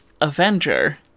Avenger